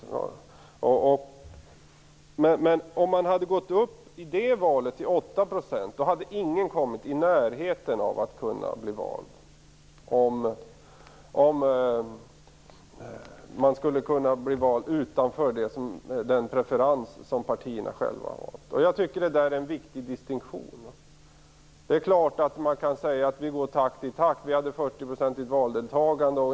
Men om man i det valet hade gått upp till 8 % hade ingen kommit i närheten av att bli vald utanför den preferens som partierna själva hade gjort. Jag tycker att det är en viktig distinktion. Det är klart att man kan säga att vi går i takt. Vi hade ett 40-procentigt valdeltagande.